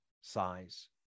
size